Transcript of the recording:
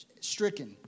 stricken